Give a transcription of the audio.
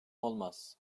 olamaz